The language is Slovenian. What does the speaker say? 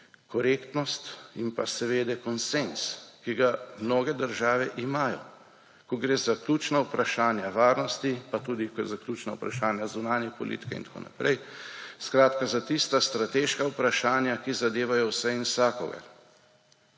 korektnost in pa seveda konsenz, ki ga mnoge države imajo, ko gre za ključna vprašanja javnosti pa tudi zaključna vprašanja zunanje politike in tako naprej, skratka za tista strateška vprašanja, ki zadevajo vse in vsakogar.